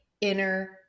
inner